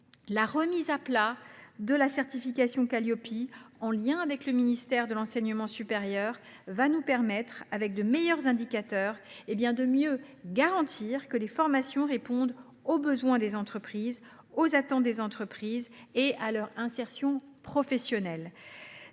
La remise à plat de la certification Qualiopi, en lien avec le ministère de l’enseignement supérieur, nous permettra, grâce à de meilleurs indicateurs, de mieux garantir que les formations répondent aux besoins des entreprises et aux attentes des apprentis et facilitent l’insertion professionnelle